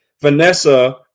Vanessa